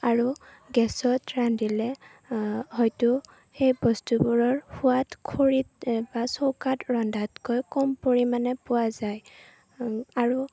আৰু গেছত ৰান্ধিলে হয়তো সেই বস্তুবোৰৰ সোৱাদ খৰিত বা চৌকাত ৰন্ধাতকৈ কম পৰিমাণে পোৱা যায় আৰু